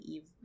Eve